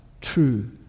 true